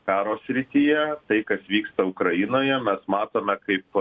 karo srityje tai kas vyksta ukrainoje mes matome kaip